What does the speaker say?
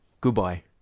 Goodbye